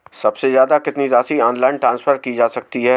सबसे ज़्यादा कितनी राशि ऑनलाइन ट्रांसफर की जा सकती है?